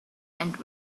and